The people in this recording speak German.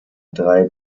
drei